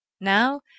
Now